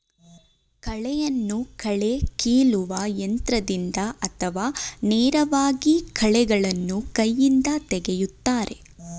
ಕಳೆಯನ್ನು ಕಳೆ ಕೀಲುವ ಯಂತ್ರದಿಂದ ಅಥವಾ ನೇರವಾಗಿ ಕಳೆಗಳನ್ನು ಕೈಯಿಂದ ತೆಗೆಯುತ್ತಾರೆ